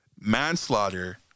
manslaughter